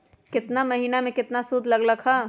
केतना महीना में कितना शुध लग लक ह?